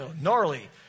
gnarly